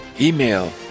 email